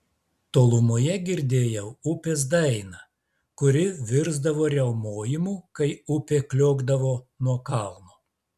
tolumoje girdėjau upės dainą kuri virsdavo riaumojimu kai upė kliokdavo nuo kalno